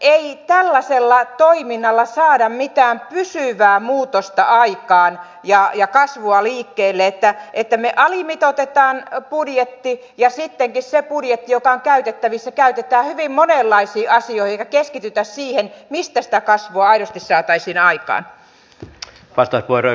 ei tällaisella toiminnalla saada mitään pysyvää muutosta aikaan ja kasvua liikkeelle että alimitoitetaan budjetti ja sittenkin se budjetti joka on käytettävissä käytetään hyvin monenlaisiin asioihin eikä keskitytä siihen mistä sitä kasvua aidosti saataisiin aikaan